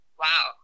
wow